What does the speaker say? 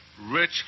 Rich